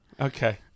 Okay